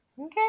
Okay